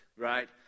right